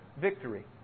victory